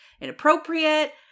inappropriate